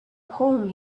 palm